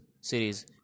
series